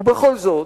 ובכל זאת,